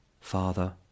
father